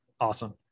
awesome